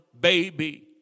baby